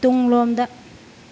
ꯇꯨꯡꯂꯣꯝꯗ